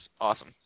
awesome